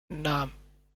نعم